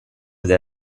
del